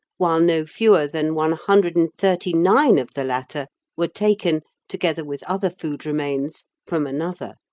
while no fewer than one hundred and thirty nine of the latter were taken, together with other food remains, from another.